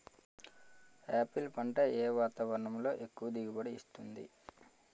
Apple పంట ఏ వాతావరణంలో ఎక్కువ దిగుబడి ఇస్తుంది?